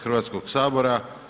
Hrvatskog sabora.